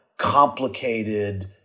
complicated